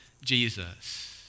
Jesus